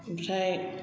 ओमफ्राय